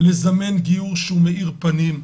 לזמן גיור שהוא מאיר פנים,